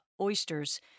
oysters